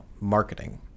marketing